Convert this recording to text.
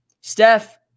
Steph